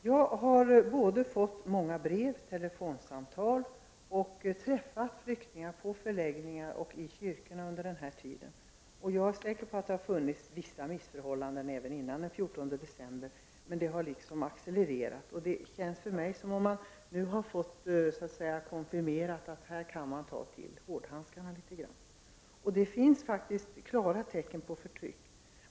Herr talman! Jag har fått många brev, telefonsamtal och träffat flyktingar på förläggningar och i kyrkorna. Jag är säker på att det har förekommit vissa missförhållanden även före den 14 december, men det har accelererat. Det känns för mig som att man nu har fått konfirmerat att man kan ta till hårdhandskarna. Det finns klara tecken på förtryck.